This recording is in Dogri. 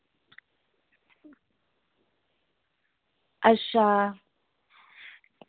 अच्छा